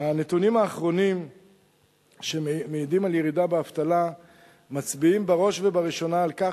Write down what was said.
הנתונים האחרונים שמעידים על ירידה באבטלה מצביעים בראש ובראשונה על כך